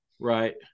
Right